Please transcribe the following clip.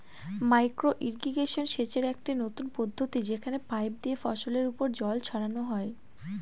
micro irrigation সেচের একটি নতুন পদ্ধতি যেখানে পাইপ দিয়ে ফসলের ওপর জল ছড়ানো হয়